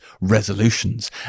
resolutions